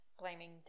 blaming